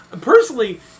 Personally